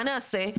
מה נעשה?